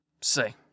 Say